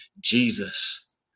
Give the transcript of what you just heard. Jesus